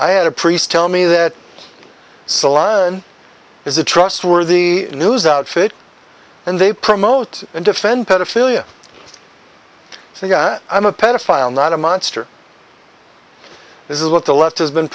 i had a priest tell me that salon is a trustworthy news outfit and they promote and defend pedophilia so i'm a pedophile not a monster this is what the left has been